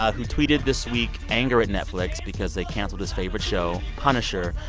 ah who tweeted this week anger at netflix because they canceled his favorite show, punisher.